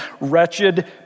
wretched